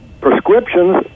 prescriptions